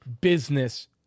business